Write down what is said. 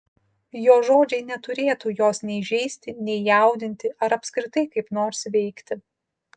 jo žodžiai neturėtų jos nei žeisti nei jaudinti ar apskritai kaip nors veikti